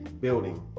building